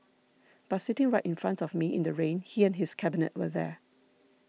but sitting right in front of me in the rain he and his cabinet were there